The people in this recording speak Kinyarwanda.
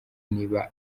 niba